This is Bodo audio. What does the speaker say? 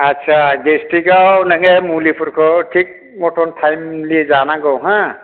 आदसा गेस्टिकआव नोङो मुलिफोरखौ थिख मटन थाइमलि जानांगौ हो